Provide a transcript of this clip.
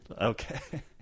okay